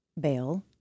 bail